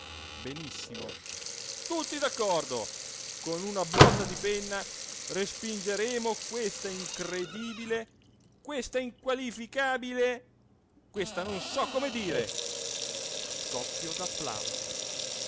tutti d'accordo con una botta di penna respingeremo questa incredibile questa inqualificabile questa non so come dire